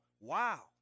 wow